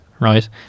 Right